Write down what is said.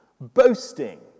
Boasting